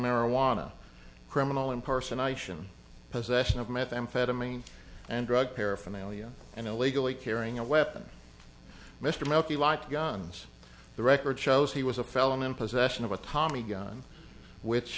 marijuana criminal impersonation possession of methamphetamine and drug paraphernalia and illegally carrying a weapon mr melky light guns the record shows he was a felon in possession of a tommy gun which